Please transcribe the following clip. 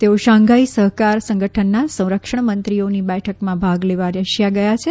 તેઓ શાંઘાઇ સહકાર સંગઠનના સંરક્ષણ મંક્ષીઓની બેઠકમાં ભાગ લેવા રશિયા ગયા છે